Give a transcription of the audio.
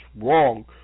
wrong